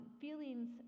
Feelings